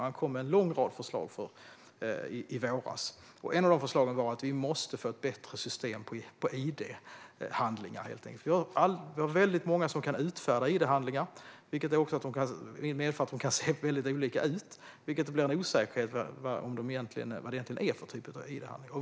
Han kom med en lång rad förslag i våras. Ett av förslagen var att vi måste få ett bättre system för idhandlingar. Vi har väldigt många som kan utfärda id-handlingar, vilket också medför att de kan se väldigt olika ut. Det leder till en osäkerhet om vad det egentligen är för typ av id-handlingar.